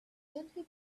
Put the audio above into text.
gently